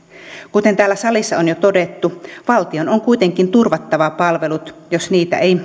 kuten täällä salissa on jo todettu valtion on kuitenkin turvattava palvelut jos niitä ei